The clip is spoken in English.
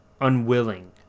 unwilling